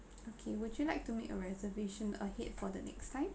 okay would you like to make a reservation ahead for the next time